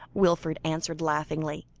wilfred answered laughingly.